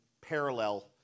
parallel